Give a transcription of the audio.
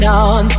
on